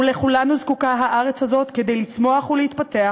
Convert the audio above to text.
ולכולנו זקוקה הארץ הזאת כדי לצמוח ולהתפתח,